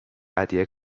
蛱蝶